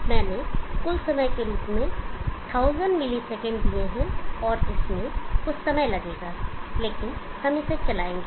मैंने कुल समय के रूप में 1000 मिलीसेकंड दिए हैं और इसमें कुछ समय लगेगा लेकिन हम इसे चलाएंगे